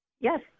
Yes